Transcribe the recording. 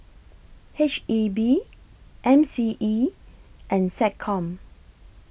H E B M C E and Seccom